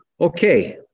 Okay